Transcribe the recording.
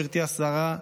גברתי השרה,